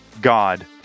God